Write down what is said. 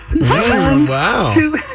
Wow